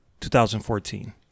2014